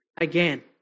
again